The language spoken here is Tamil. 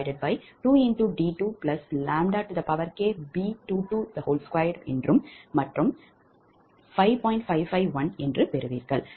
551 என்று பெறுவீர்கள்